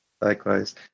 Likewise